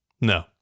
No